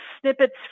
snippets